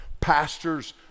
pastors